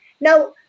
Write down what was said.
Now